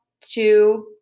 two